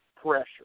pressure